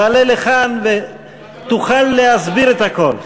תעלה לכאן ותוכל להסביר את הכול.